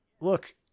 look